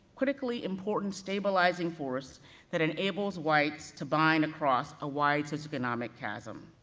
critically important stabilizing force that enables whites to bind across a wide socio-economic chasm,